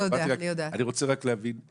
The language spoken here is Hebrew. אני רק רוצה להבין,